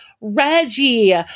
Reggie